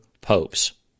popes